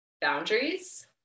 boundaries